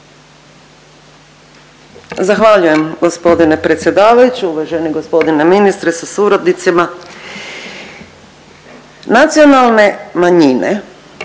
Zahvaljuje g. predsjedavajući, uvaženi g. ministre sa suradnicima. Nacionalne manjine